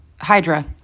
Hydra